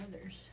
others